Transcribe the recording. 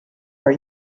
are